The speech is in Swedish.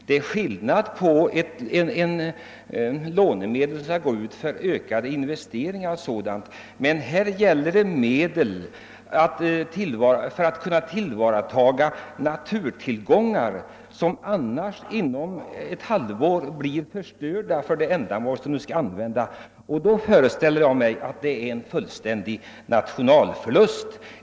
Det är skillnad om lånemedel skall gå ut för ökade investeringar o. d., men här gäller det medel för att kunna tillvarata naturtillgångar som annars inom ett halvår blir odugliga för sitt ändamål. Ett sådant tillvägagångssätt måste betyda en stor nationalförlust.